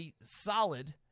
solid